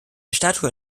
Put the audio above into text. statue